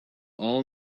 all